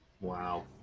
wow